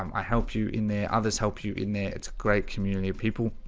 um i help you in there others help you in there it's a great community of people